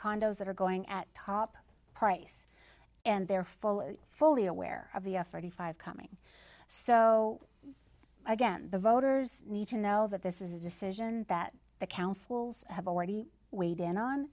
condos that are going at top price and they're full fully aware of the effort the five coming so again the voters need to know that this is a decision that the councils have already w